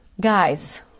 Guys